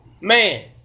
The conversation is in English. man